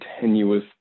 tenuous